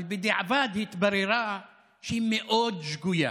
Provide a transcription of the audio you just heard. אבל בדיעבד התברר שהיא שגויה